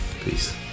Peace